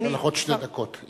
אני נותן לך עוד שתי דקות.